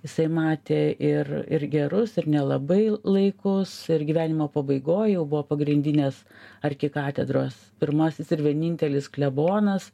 jisai matė ir ir gerus ir nelabai laikus ir gyvenimo pabaigoj jau buvo pagrindinės arkikatedros pirmasis ir vienintelis klebonas